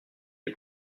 des